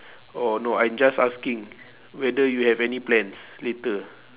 oh no I'm just asking whether you have any plans later